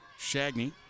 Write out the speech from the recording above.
Shagney